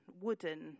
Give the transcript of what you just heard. wooden